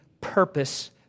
purpose